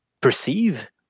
perceive